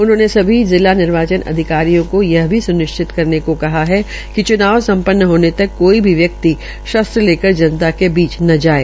उन्होंने सभी जिला निर्वाचन अधिकारियों को यह भी स्निश्चित करने को कहा है कि च्नाव संपन्न होने तक कोई भी व्यक्ति शस्त्र लेकर जनता के बीच न जाये